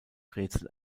rätsel